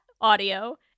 audio